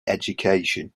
education